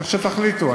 איך שתחליטו.